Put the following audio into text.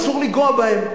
אסור לנגוע בהם.